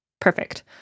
perfect